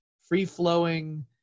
free-flowing